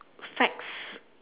facts